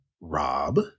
Rob